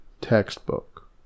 textbook